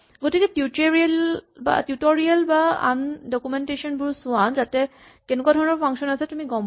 গতিকে টিউটৰিয়েল বা আন ডকুমেন্টেচন বোৰ চোৱা যাতে কেনেকুৱা ধৰণৰ ফাংচন আছে তুমি গম পোৱা